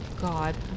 God